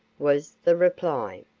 was the reply.